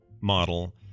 model